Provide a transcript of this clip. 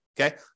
Okay